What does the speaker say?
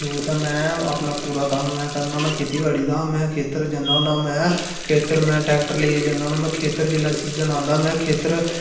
youth ऐं में अपना पूरा कम्म में करना होन्नां खेती बाड़ी दा में खेतर जन्न्नां होना में खेतर में ट्रैनाक्टर लेइयै जन्ना होन्नां हून में खेतर जिसलै सीजन आंदा में खेतर